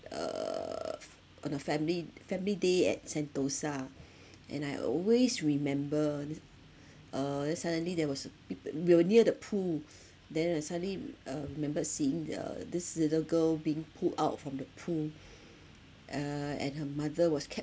uh f~ on a family family day at sentosa and I always remember this uh then suddenly there was uh peop~ we were near the pool then I suddenly m~ uh remembered seeing the this little girl being pulled out from the pool uh and her mother was kept